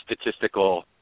statistical